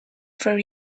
for